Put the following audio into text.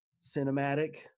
cinematic